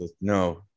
No